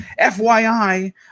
FYI